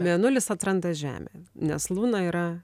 mėnulis atranda žemę nes luna yra